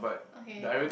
okay